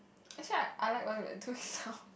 actually I I like what we're doing now